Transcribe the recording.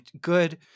good